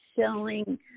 selling